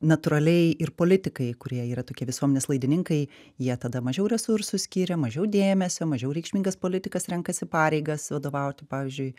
natūraliai ir politikai kurie yra tokie visuomenės laidininkai jie tada mažiau resursų skiria mažiau dėmesio mažiau reikšmingas politikas renkasi pareigas vadovauti pavyzdžiui